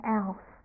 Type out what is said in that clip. else